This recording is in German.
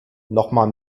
nochmal